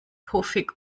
puffig